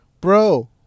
bro